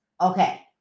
okay